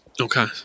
Okay